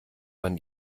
man